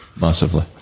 massively